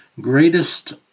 greatest